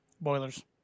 Boilers